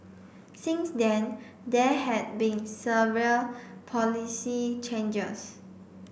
since then there had been several policy changes